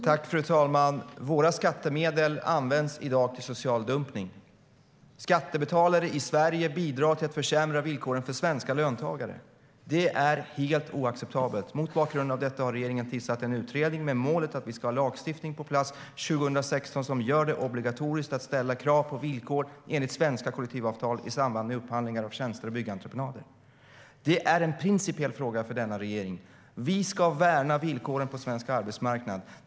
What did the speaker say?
Fru talman! Våra skattemedel används i dag till social dumpning. Skattebetalare i Sverige bidrar till att försämra villkoren för svenska löntagare. Det är helt oacceptabelt. Mot bakgrund av det har regeringen tillsatt en utredning med målet att det ska finnas en lagstiftning på plats 2016 som gör det obligatoriskt att ställa krav på villkor enligt svenska kollektivavtal i samband med upphandlingar av tjänster och byggentreprenader. Det är en principiell fråga för denna regering. Vi ska värna villkoren på svensk arbetsmarknad.